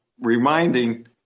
reminding